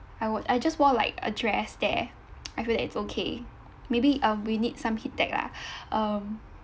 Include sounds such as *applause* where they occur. I wore I just wore like a dress there *noise* I feel like it's okay maybe um we need some heat tech lah um